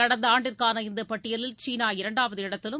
கடந்த ஆண்டுக்கான இந்தப்பட்டியலில் சீனா இரண்டாவது இடத்திலும்